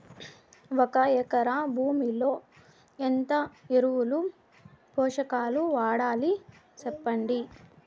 ఒక ఎకరా భూమిలో ఎంత ఎరువులు, పోషకాలు వాడాలి సెప్పండి?